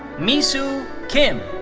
misu kim.